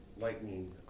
lightning